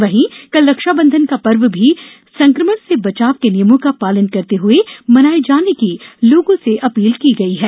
वहीं कल रक्षाबंधन का पर्व भी संकमण से बचाव के नियमों का पालन करते हुए मनाए जाने की लोगों से अपील की गई है